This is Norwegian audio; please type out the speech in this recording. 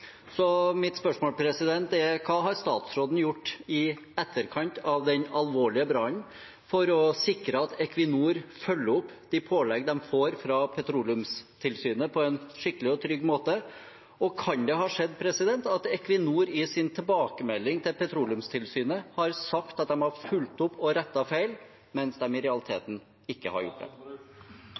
Mitt spørsmål er: Hva har statsråden gjort i etterkant av den alvorlige brannen for å sikre at Equinor følger opp de påleggene de får fra Petroleumstilsynet, på en skikkelig og trygg måte? Kan det ha skjedd at Equinor i sin tilbakemelding til Petroleumstilsynet har sagt at de har fulgt opp og rettet feil, mens de i realiteten ikke har gjort det?